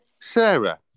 Sarah